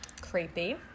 Creepy